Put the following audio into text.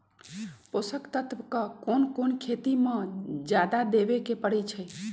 पोषक तत्व क कौन कौन खेती म जादा देवे क परईछी?